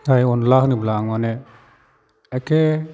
जाय अनला होनोब्ला आं माने एखे